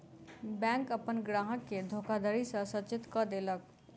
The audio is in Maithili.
बैंक अपन ग्राहक के धोखाधड़ी सॅ सचेत कअ देलक